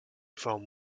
foam